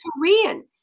Korean